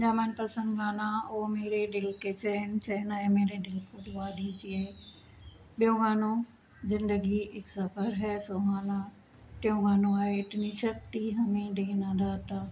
मुंहिंजा मनपसंद गाना ओ मेरे दिल के चैन चैन आये मेरे दिल को दुआ दीजिये ॿियों गानो ज़िंदगी इक सफ़र है सुहाना टियों गानो आहे इतनी शक्ति हमें देना दाता